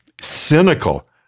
cynical